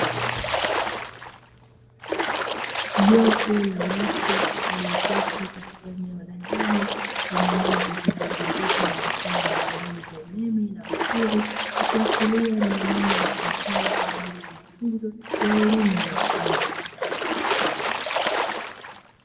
Jopo la watu walioketi katika eneo la ndani lenye meza zilizozungukwa na vifaa mbalimbali vya umeme na vipuri, ikiashiria ni eneo litumikalo kwa ajili ya mafunzo ya elimu ya ufundi.